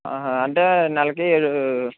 అంటే నెలకి